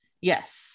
Yes